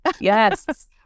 Yes